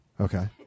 Okay